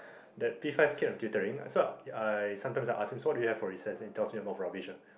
that P five kid I'm tutoring so ah I ah sometimes I ask him so what do you have for recess then he tells me a lot of rubbish